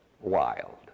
wild